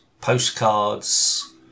postcards